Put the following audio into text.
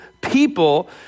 people